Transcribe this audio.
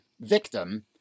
victim